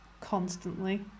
constantly